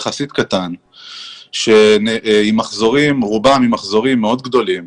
יחסית קטן, רובן עם מחזורים מאוד גדולים,